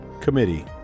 committee